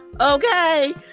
Okay